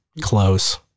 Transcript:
close